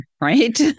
right